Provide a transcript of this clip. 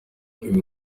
ibi